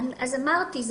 אמרתי,